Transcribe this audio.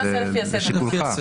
נלך לפי הסדר.